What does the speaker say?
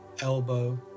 elbow